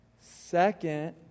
Second